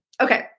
Okay